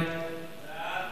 ההצעה להעביר